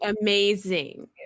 amazing